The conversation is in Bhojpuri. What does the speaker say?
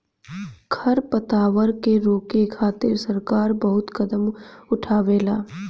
खर पतवार के रोके खातिर सरकार बहुत कदम उठावेले